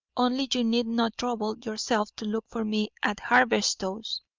only you need not trouble yourself to look for me at haberstow's,